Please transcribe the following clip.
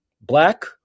Black